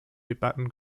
debatten